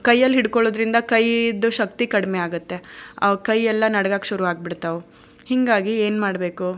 ಕೈಯಲ್ಲಿ ಹಿಡ್ಕೊಳೋದ್ರಿಂದ ಕೈಯಿದ್ದು ಶಕ್ತಿ ಕಡಿಮೆ ಆಗುತ್ತೆ ಕೈಯೆಲ್ಲ ನಡ್ಗೋಕ್ ಶುರು ಆಗ್ಬಿಡ್ತಾವೆ ಹೀಗಾಗಿ ಏನು ಮಾಡಬೇಕು